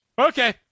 okay